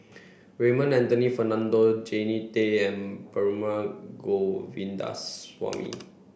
Raymond Anthony Fernando Jannie Tay and Perumal Govindaswamy